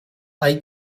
hay